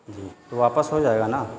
جی تو واپس ہو جائے گا نا